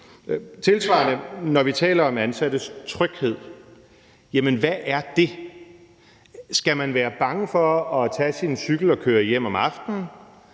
Tilsvarende er det, når vi taler om ansattes tryghed: Hvad er det? Skal man være bange for at tage sin cykel og køre hjem om aftenen,